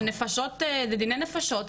זה דיני נפשות,